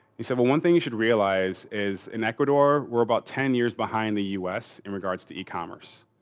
he said well, one thing you should realize is in ecuador we're about ten years behind the us in regards to e-commerce.